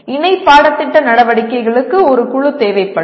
இணை பாடத்திட்ட நடவடிக்கைகளுக்கு ஒரு குழு தேவைப்படும்